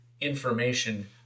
information